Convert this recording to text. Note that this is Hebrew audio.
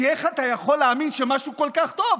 כי איך אתה יכול להאמין שמשהו כל כך טוב?